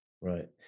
Right